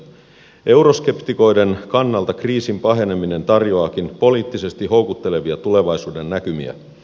euroskeptikoiden kannalta kriisin paheneminen tarjoaakin poliittisesti houkuttelevia tulevaisuudennäkymiä